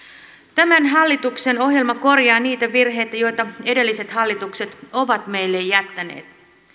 tämän hallituksen ohjelma korjaa niitä virheitä joita edelliset hallitukset ovat meille jättäneet